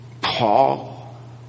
Paul